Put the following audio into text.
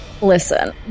listen